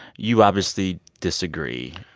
you obviously disagree.